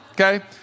Okay